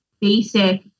basic